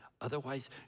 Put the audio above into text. Otherwise